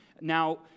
Now